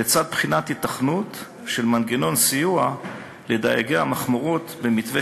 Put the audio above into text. לצד בדיקת היתכנות של מנגנון סיוע לדייגי המכמורות במתווה